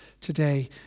today